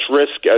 risk